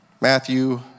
Matthew